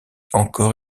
encore